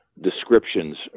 descriptions